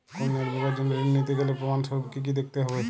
কন্যার বিবাহের জন্য ঋণ নিতে গেলে প্রমাণ স্বরূপ কী কী দেখাতে হবে?